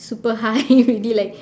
super high already like